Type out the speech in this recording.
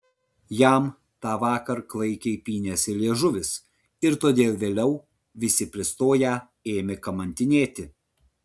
jam tą vakar klaikiai pynėsi liežuvis ir todėl vėliau visi pristoję ėmė kamantinėti